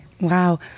Wow